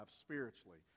spiritually